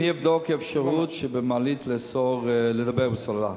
אני אבדוק אפשרות לאסור לדבר בסלולר במעלית.